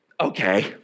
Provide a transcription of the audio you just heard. okay